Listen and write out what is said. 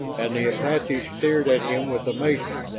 and the apaches stared at him with amazement.